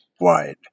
wide